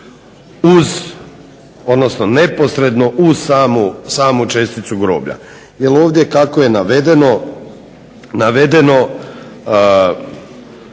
raditi neposredno uz samu česticu groblja. Jer ovdje kako je navedeno i kako